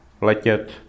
letět